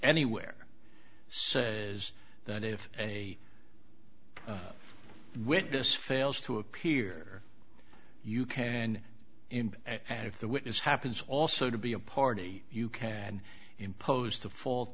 anywhere says that if a witness fails to appear u k and in and if the witness happens also to be a party you can impose the ful